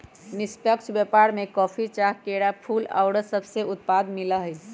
निष्पक्ष व्यापार में कॉफी, चाह, केरा, फूल, फल आउरो सभके उत्पाद सामिल हइ